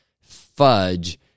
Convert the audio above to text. fudge